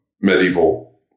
medieval